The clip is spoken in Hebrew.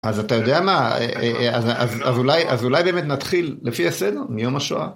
אז אתה יודע מה, אז אולי באמת נתחיל לפי הסדר, מיום השואה?